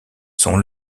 sont